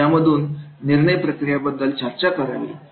आणि यामधून निर्णय प्रक्रियाबद्दल चर्चा करावी